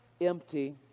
empty